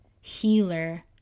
healer